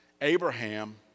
Abraham